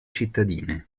cittadine